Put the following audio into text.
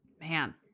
man